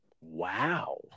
Wow